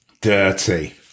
Dirty